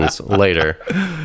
later